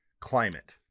climate